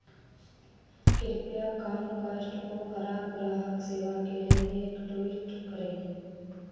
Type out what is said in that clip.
कृपया कॉमकास्ट को खराब ग्राहक सेवा के लिए एक ट्वीट करें